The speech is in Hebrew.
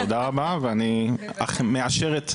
תודה רבה, ואני מאשר את דברייך,